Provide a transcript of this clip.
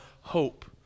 hope